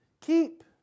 Keep